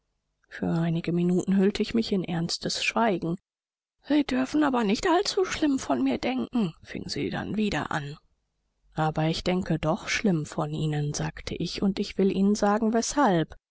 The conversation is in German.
für einige minuten hüllte ich mich in ernstes schweigen sie dürfen aber nicht allzuschlimm von mir denken fing sie dann wieder an aber ich denke doch schlimm von ihnen sagte ich und ich will ihnen sagen weshalb